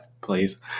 please